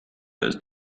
ist